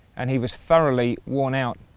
and he was thoroughly worn out.